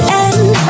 end